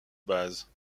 base